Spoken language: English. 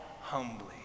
humbly